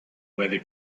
whether